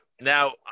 Now